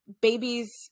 babies